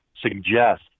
suggest